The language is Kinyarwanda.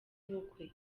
ubukwe